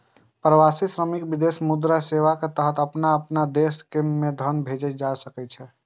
प्रवासी श्रमिक विदेशी मुद्रा सेवाक तहत अपना देश मे धन भेज सकै छै